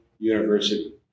University